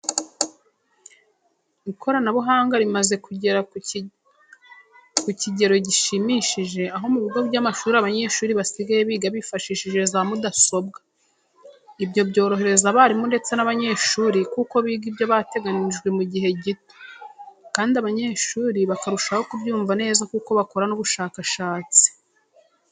Ikoranabuhanga rimaze kujyera ku kijyero jyishimishije aho mu bigo by'amashuri abanyeshuri basigaye biga bifashishije za mudasobwa. Ibyo byorohereza abarimu ndetse n'abanyeshuri kuko biga ibyo bateganyije mu jyihe jyito, kandi abanyeshuri bakarushaho kubyumva neza kuko bakora n'ubushakashatsi.